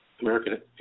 American